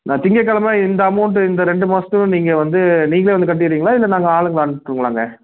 நான் திங்கக்கிலம இந்த அமௌண்ட்டு இந்த ரெண்டு மாசத்துக்கும் நீங்கள் வந்து நீங்களே வந்து கட்டிறீங்களா இல்லை நாங்கள் ஆளுங்களை அனுப்புட்டுங்களாங்க